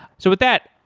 so with that,